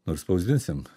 nu ir spausdinsim